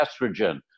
estrogen